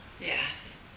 Yes